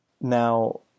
Now